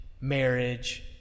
marriage